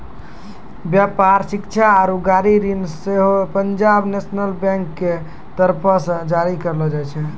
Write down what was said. व्यापार, शिक्षा आरु गाड़ी ऋण सेहो पंजाब नेशनल बैंक के तरफो से जारी करलो जाय छै